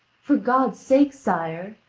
for god's sake, sire,